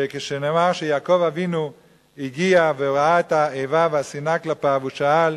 שכשנאמר שיעקב אבינו הגיע וראה את האיבה והשנאה כלפיו הוא שאל,